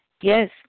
Yes